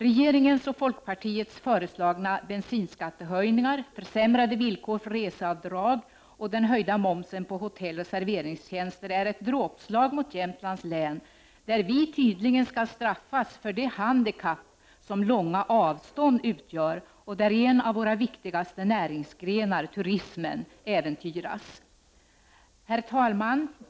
Regeringens och folkpartiets föreslagna bensinskattehöjningar, försämrade villkor för reseavdrag och den höjda momsen på hotelloch serveringstjänster är ett dråpslag mot Jämtlands län, där vi tydligen skall straffas för det handikapp som långa avstånd utgör och där en av våra viktigaste näringsgrenar, turismen, äventyras. Herr talman!